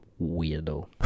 weirdo